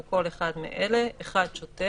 הוא כל אחד מאלה: (1)שוטר,